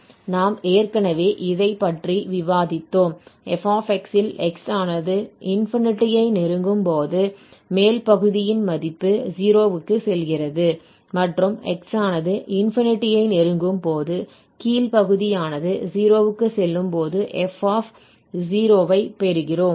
நாம் ஏற்கனவே இதைப் பற்றி விவாதித்தோம் f ல் x ஆனது ஐ நெருங்கும்போது மேல் பகுதியின் மதிப்பு 0 க்கு செல்கிறது மற்றும் x ஆனது ஐ நெருங்கும்போது கீழ் பகுதியானது 0 க்கு செல்லும் போது f ஐ பெறுகிறோம்